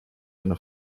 eine